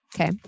Okay